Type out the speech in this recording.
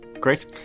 great